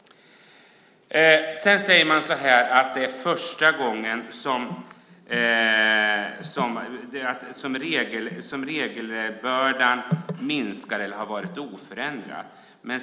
Man säger att det är första gången som regelbördan minskar eller har varit oförändrad.